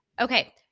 Okay